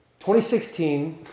2016